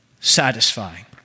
satisfying